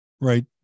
Right